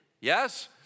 yes